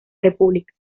república